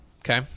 Okay